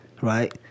right